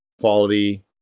quality